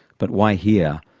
but why here?